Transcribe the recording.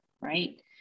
right